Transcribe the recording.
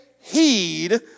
heed